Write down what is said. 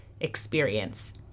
experience